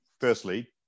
firstly